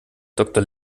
doktor